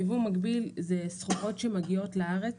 יבוא מקביל, אלה סחורות שמגיעות לארץ